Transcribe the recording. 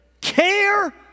care